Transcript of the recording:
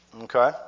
okay